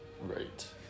Right